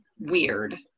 weird